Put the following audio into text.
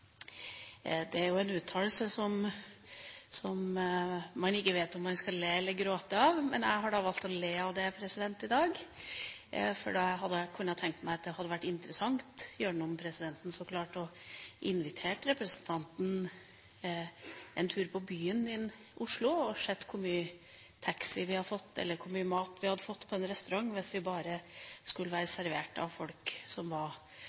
Det er jo en uttalelse som man ikke vet om man skal le eller gråte av, men jeg har valgt å le av det i dag, og jeg kunne tenke meg at det hadde vært interessant – gjennom presidenten, så klart – å invitere representanten en tur på byen i Oslo og se hvor mange taxier vi hadde fått, eller hvor mye mat vi hadde fått på en restaurant hvis vi bare skulle bli servert av folk som